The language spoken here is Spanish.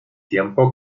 tiempo